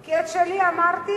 כי את שלי אמרתי,